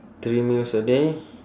three meals a day